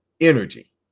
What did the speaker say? energy